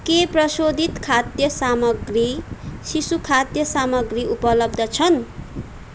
के प्रशोधित खाद्य सामग्री शिशुखाद्य सामग्री उपलब्ध छन्